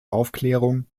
aufklärung